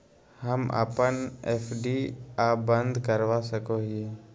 हम अप्पन एफ.डी आ बंद करवा सको हियै